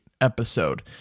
episode